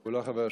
הוא לא חבר שלי.